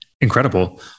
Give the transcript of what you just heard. Incredible